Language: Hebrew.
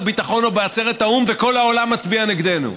הביטחון או בעצרת האו"ם וכל העולם מצביע נגדנו.